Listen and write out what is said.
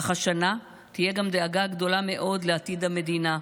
אך השנה תהיה גם דאגה גדולה מאוד לעתיד המדינה.